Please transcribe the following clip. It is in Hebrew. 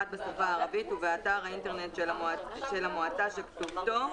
מאוד על היוזמה של יושב-ראש הוועדה לכתוב היום